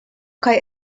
kaj